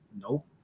Nope